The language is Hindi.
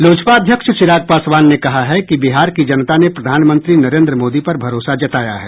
लोजपा अध्यक्ष चिराग पासवान ने कहा है कि बिहार की जनता ने प्रधानमंत्री नरेन्द्र मोदी पर भरोसा जताया है